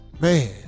man